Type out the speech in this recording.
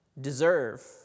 deserve